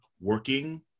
working